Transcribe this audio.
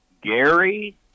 Gary